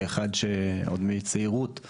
כאחד שעוד מצעירותך